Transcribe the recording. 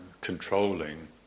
controlling